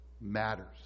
matters